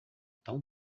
tão